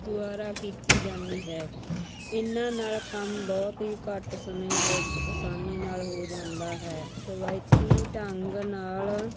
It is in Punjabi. ਦੁਆਰਾ ਕੀਤੀ ਜਾਂਦੀ ਹੈ ਇਹਨਾਂ ਨਾਲ ਕੰਮ ਬਹੁਤ ਹੀ ਘੱਟ ਸਮੇਂ ਵਿੱਚ ਆਸਾਨੀ ਨਾਲ ਹੋ ਜਾਂਦਾ ਹੈ ਰਵਾਇਤੀ ਢੰਗ ਨਾਲ